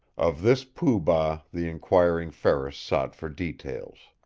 of this pooh-bah the inquiring ferris sought for details.